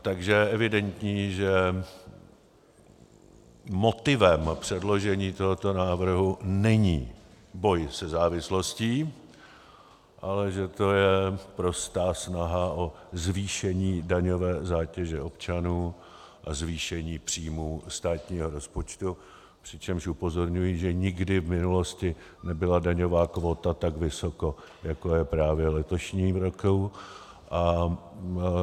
Takže je evidentní, že motivem předložení tohoto návrhu není boj se závislostí, ale že to je prostá snaha o zvýšení daňové zátěže občanů a zvýšení příjmů státního rozpočtu, přičemž upozorňuji, že nikdy v minulosti nebyla daňová kvóta tak vysoko, jako je právě v letošním roce.